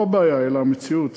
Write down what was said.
לא בעיה אלא מציאות,